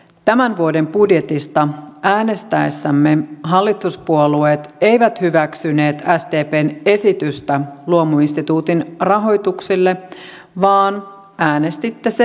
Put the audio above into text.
tämän vuoden budjetista äänestäessämme hallituspuolueet eivät hyväksyneet sdpn esitystä luomuinstituutin rahoituksesta vaan äänestitte sen nurin